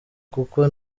kuko